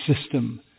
system